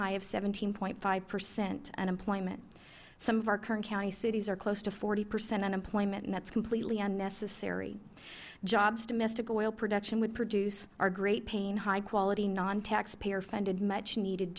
high of seventeen point five percent unemployment some of our kern county cities are close to forty percent unemployment and that's completely unnecessary jobs domestic oil production would produce are great paying high quality nontaxpayer funded much needed